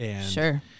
Sure